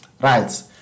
Right